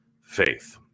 faith